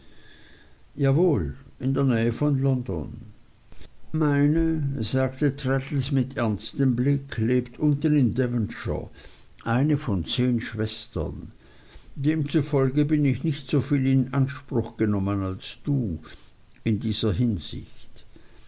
jawohl in der nähe von london meine sagte traddles mit ernstem blick lebt unten in devonshire eine von zehn schwestern demzufolge bin ich nicht soviel in anspruch genommen als du in dieser hinsicht